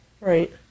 right